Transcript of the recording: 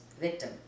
Victim